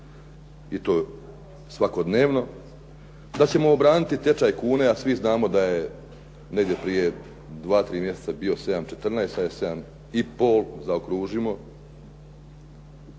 i to svakodnevno, da ćemo obraniti tečaj kune, a svi znamo da je negdje prije 2, 3 mjeseca bio 7,14, sad je 7,5, zaokružimo,